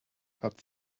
hat